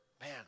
man